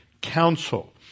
Council